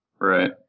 Right